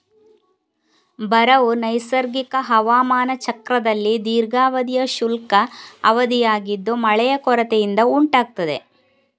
ಬರವು ನೈಸರ್ಗಿಕ ಹವಾಮಾನ ಚಕ್ರದಲ್ಲಿ ದೀರ್ಘಾವಧಿಯ ಶುಷ್ಕ ಅವಧಿಯಾಗಿದ್ದು ಮಳೆಯ ಕೊರತೆಯಿಂದ ಉಂಟಾಗ್ತದೆ